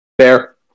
Fair